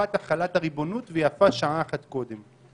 לקראת החלת הריבונות, ויפה שעה אחת קודם.